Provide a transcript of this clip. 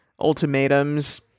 ultimatums